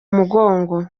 mugongo